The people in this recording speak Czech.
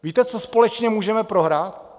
Víte, co společně můžeme prohrát?